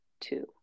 two